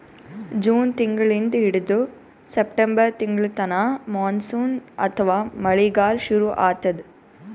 June ತಿಂಗಳಿಂದ್ ಹಿಡದು September ತಿಂಗಳ್ತನಾ ಮಾನ್ಸೂನ್ ಅಥವಾ ಮಳಿಗಾಲ್ ಶುರು ಆತದ್